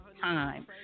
time